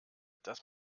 dass